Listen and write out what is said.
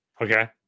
okay